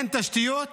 אין תשתיות,